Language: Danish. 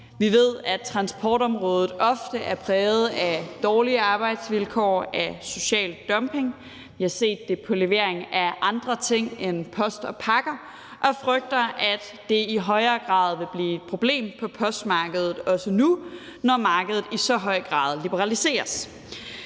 Vi ved, at transportområde ofte er præget af dårlige arbejdsvilkår og af social dumping. Vi har set det i forbindelse med levering af andre ting end post og pakker og frygter, at det i højere grad vil blive et problem på postmarkedet nu, når markedet i så høj grad liberaliseres.